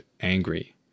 angry